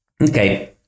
Okay